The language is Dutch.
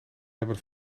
hebben